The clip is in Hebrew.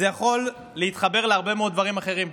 זה יכול להתחבר להרבה מאוד דברים אחרים.